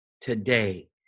today